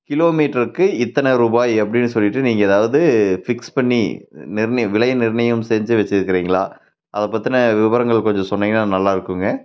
கிலோமீட்டருக்கு இத்தனை ரூபாய் அப்படின்னு சொல்லிவிட்டு நீங்கள் ஏதாவது ஃபிக்ஸ் பண்ணி நிர்ணயம் விலை நிர்ணயம் செஞ்சு வெச்சுருக்கீங்களா அதை பற்றின விவரங்கள் கொஞ்சம் சொன்னீங்கன்னா நல்லா இருக்குங்க